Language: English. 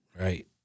right